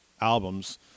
albums